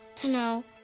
to know,